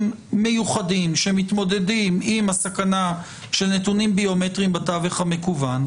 מיוחדים שמתמודדים עם הסכנה של נתונים ביומטריים בתווך המקוון,